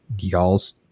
y'all's